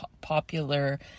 popular